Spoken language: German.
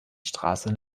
straße